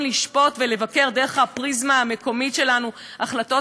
לשפוט ולבקר דרך הפריזמה המקומית שלנו החלטות